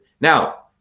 now